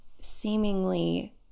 seemingly